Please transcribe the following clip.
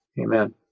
Amen